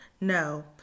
no